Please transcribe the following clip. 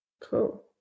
Cool